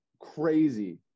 crazy